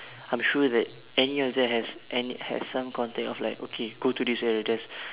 I'm sure that any of them has any has some contact of like okay go to this area there's